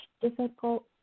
difficult